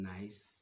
nice